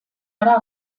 gara